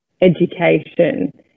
education